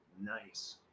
nice